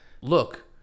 Look